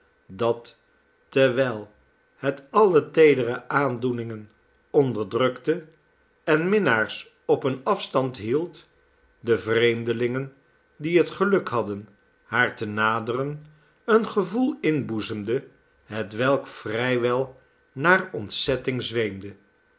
dat terwijl het alle teedere aandoeningen onderdrukte en minriaars op een afstand hield de vreemdelingen die het geluk hadden haar te naderen een gevoel inboezemende hetwelk vrij wel naar ontzetting zweemde